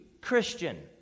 Christian